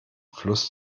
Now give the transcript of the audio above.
fluss